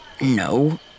No